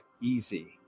easy